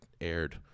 aired